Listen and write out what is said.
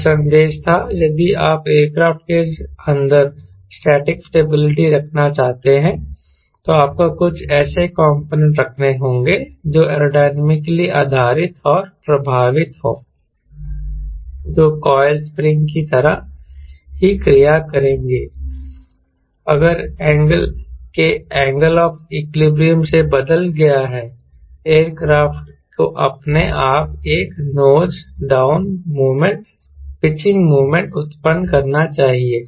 और संदेश था यदि आप एयरक्राफ्ट के अंदर स्टैटिक स्टेबिलिटी रखना चाहते हैं तो आपको कुछ ऐसे कॉम्पोनेंट रखने होंगे जो एयरोडायनेमिकली आधारित और प्रभावित हों जो कोइल स्प्रिंग की तरह ही क्रिया करेंगे अगर अटैक के एंगल को इक्विलिब्रियम से बदल दिया जाता है एयरक्राफ्ट को अपने आप एक nose down moment pitching moment उत्पन्न करना चाहिए